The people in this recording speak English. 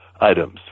items